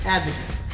Advocate